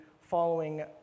following